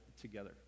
together